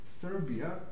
Serbia